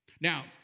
Now